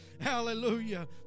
hallelujah